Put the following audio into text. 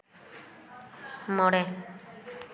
ᱢᱚᱬᱮ